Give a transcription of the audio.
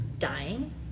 dying